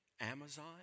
Amazon